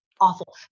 awful